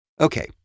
Okay